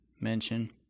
mention